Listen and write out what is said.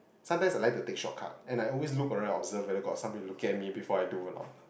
sometimes I like to take shortcut and I always look around observe whether got some people look at me before I do or not